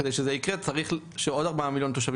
כדי שזה יקרה צריך שעוד 4 מיליון תושבים